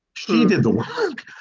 he did the work.